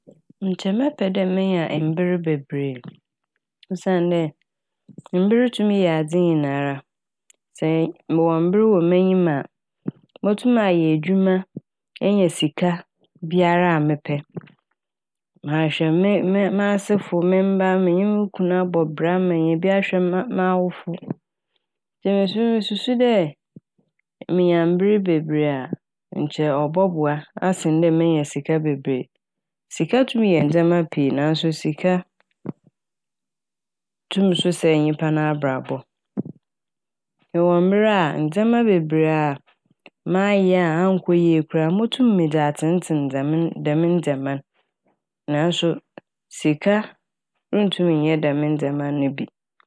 Nkyɛ mɛpɛ dɛ menya mber beberee osiandɛ mber tum yɛ adze nyinara nts- sɛ mowɔ mber wɔ m'enyim a motum mayɛ edwuma enya sika biara mepɛ. Mahwɛ me- m'asefo, me mba, menye mu kun abɔ bra menya bi ahwɛ ma- m'awofo ntsi mususu dɛ minya mber beberee a nkyɛ ɔbɔboa asen dɛ menya sika bebree. Sika tum yɛ ndzɛma pii naaso sika tum sɛe so nyimpa n'abrabɔ. Mowɔ mber a ndzɛma bebree a mayɛ annkɔ yie koraa motum medze atsentsen dzɛm -dɛm ndzɛma no naaso sika nntum nnyɛ dɛm ndzɛma no bi.